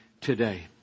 today